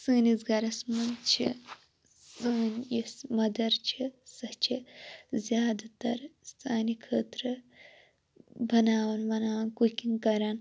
سٲنِس گَرَس منٛز چھِ سٲنۍ یۄس مَدَر چھِ سۄ چھِ زیادٕ تَر سانہِ خٲطرٕ بَناوان وَناوان کُکِنٛگ کَران